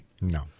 No